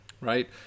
right